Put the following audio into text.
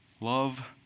Love